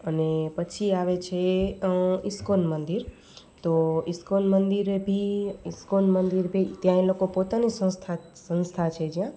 અને પછી આવે છે ઇસ્કોન મંદિર તો ઇસ્કોન મંદિરે બી ઇસ્કોન મંદિર બી ત્યાં એ લોકો પોતાની સંસ્થા સંસ્થા છે જ્યાં